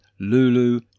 Lulu